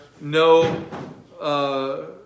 no